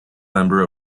member